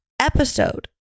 episode